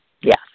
Yes